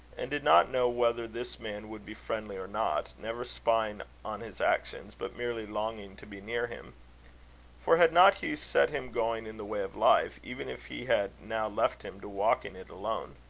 and did not know whether this man would be friendly or not never spying on his actions, but merely longing to be near him for had not hugh set him going in the way of life, even if he had now left him to walk in it alone?